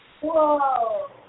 Whoa